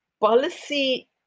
policy